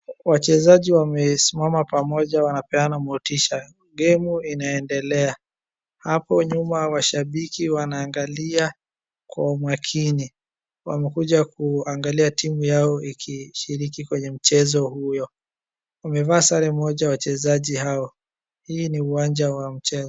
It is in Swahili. Wachezaji wamesimama pamoja wanapeana motisha. Game inaendelea, hapo nyuma washambiki wanaangalia kwa umakini, wamekuja kuangalia timu yao ikishiriki kwenye mchezo huyo. Wamevaa sare moja wachezaji hao. Hii ni uwanja wa mchezo.